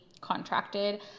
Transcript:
contracted